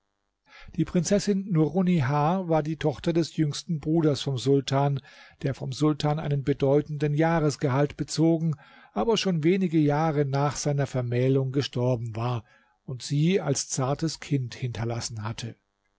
die prinzessin nurunnihar war die tochter des jüngsten bruders vom sultan der vom sultan einen bedeutenden jahresgehalt bezogen aber schon wenige jahre nach seiner vermählung gestorben war und sie als zartes kind hinterlassen hatte